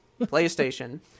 PlayStation